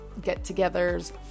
get-togethers